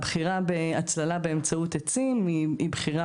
הבחירה בהצללה באמצעות עצים היא בחירה